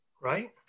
Right